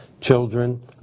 children